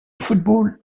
football